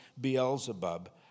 Beelzebub